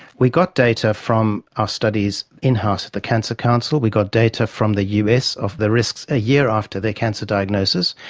we got data from our studies in-house at the cancer council, we got data from the us of the risks a year after their cancer diagnosis.